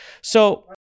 So-